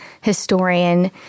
historian